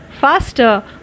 faster